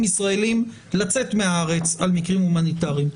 ישראלים לצאת מהארץ במקרים הומניטריים.